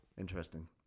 Interesting